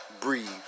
breathe